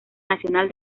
nacional